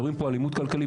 מדברים על אלימות כלכלית.